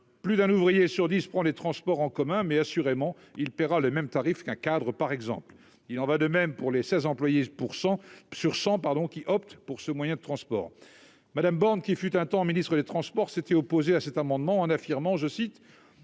plus d'un ouvrier sur 10 prends les transports en commun, mais assurément il paiera le même tarif qu'un cadre, par exemple, il en va de même pour les 16 employé pour 100 sur 100 pardon qui optent pour ce moyen de transport Madame Borne, qui fut un temps ministre des Transports s'était opposée à cet amendement en affirmant, je cite